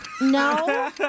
No